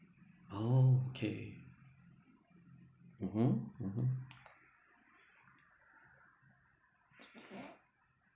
okay mmhmm